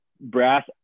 Brass